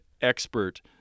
expert